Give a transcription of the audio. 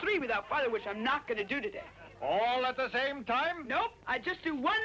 three with our father which i'm not going to do today all of the same time i just do one